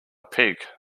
pig